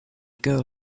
girl